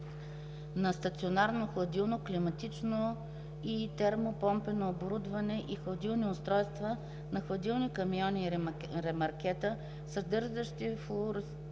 на стационарно хладилно, климатично и термопомпено оборудване и хладилни устройства на хладилни камиони и ремаркета, съдържащи флуорсъдържащи